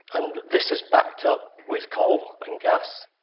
and this is backed up with coal and gas.